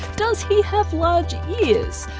does he have large ears?